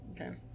Okay